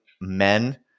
men